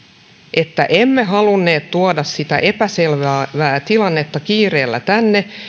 että emme halunneet tuoda sitä epäselvää tilannetta kiireellä tänne